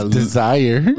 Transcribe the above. desire